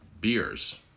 beers